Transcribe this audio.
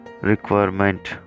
requirement